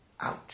ouch